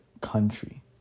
country